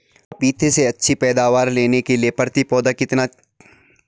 पपीते से अच्छी पैदावार लेने के लिए प्रति पौधा कितनी खाद दें?